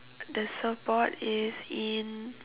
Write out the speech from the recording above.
the support is in